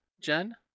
Jen